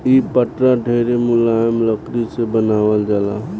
इ पटरा ढेरे मुलायम लकड़ी से बनावल जाला